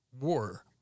war